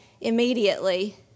immediately